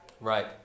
Right